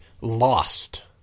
lost